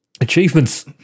Achievements